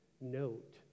note